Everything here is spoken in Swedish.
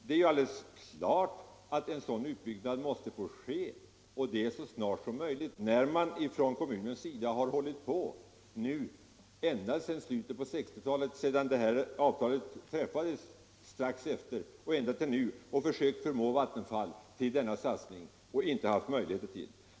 Det är alldeles klart att en sådan utbyggnad måste få ske, och det så snart som möjligt, när kommunen ända sedan slutet av 1960-talet —- alltså strax efter det att detta avtal träffades — försökt förmå Vattenfall till denna satsning men inte lyckats.